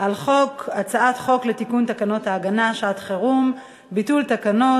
על הצעת חוק לתיקון תקנות ההגנה (שעת-חירום) (ביטול תקנות),